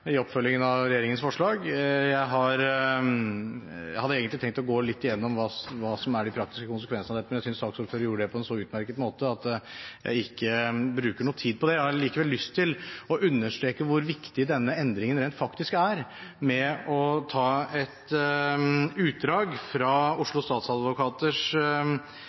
i oppfølgingen av regjeringens forslag. Jeg hadde egentlig tenkt å gå igjennom hva som er de praktiske konsekvensene av dette, men jeg synes saksordføreren gjorde det på en så utmerket måte at jeg ikke bruker noe tid på det. Jeg har likevel lyst til å understreke hvor viktig denne endringen faktisk er, ved å ta et utdrag fra Oslo